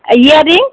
earring